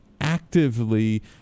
actively